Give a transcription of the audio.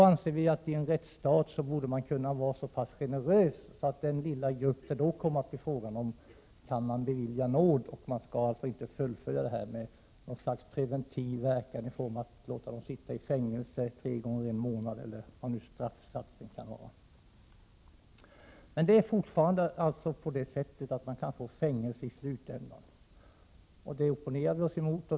En rättsstat borde kunna vara så pass generös att den lilla grupp som det kommer att bli fråga om kan beviljas nåd. Vi skall inte fullfölja verksamheten med något slags preventiv verkan genom att låta dem sitta i fängelse tre gånger en månad, eller vilken straffsatsen nu kan vara. Man kan alltså fortfarande få fängelsestraff, och det opponerade vi oss emot.